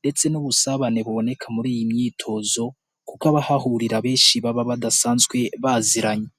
ndetse n'ubusabane buboneka muri iyi myitozo kuko abahahurira abenshi baba badasanzwe baziranye.